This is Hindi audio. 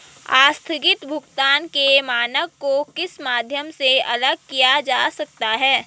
आस्थगित भुगतान के मानक को किस माध्यम से अलग किया जा सकता है?